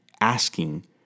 asking